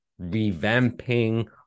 revamping